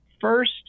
first